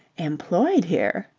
employed here?